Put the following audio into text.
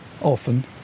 often